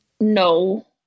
No